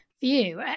view